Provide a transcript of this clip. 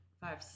Five